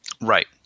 Right